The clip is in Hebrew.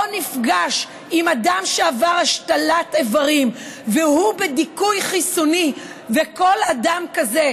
או נפגש עם אדם שעבר השתלת איברים והוא בדיכוי חיסוני כל אדם כזה,